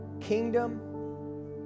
kingdom